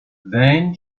then